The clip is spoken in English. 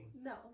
No